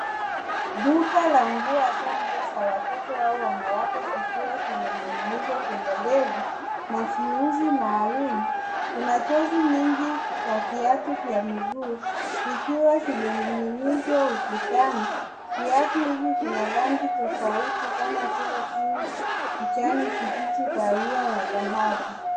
Duka la nguo, hasa nguo za watoto au wanawake zikiwa zimening'inizwa kwenye reli na viuzi maalum. Kuna chozi nyingi za viatu vya miguu, vikiwa zimening'inizwa ukutani. Viatu hivi vina rangi tofauti kama vile pinki, kijani kibichi ,kawia na dhahabu.